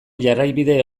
jarraibide